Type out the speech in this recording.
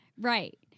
Right